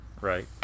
right